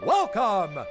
Welcome